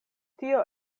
tio